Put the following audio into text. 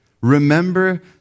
Remember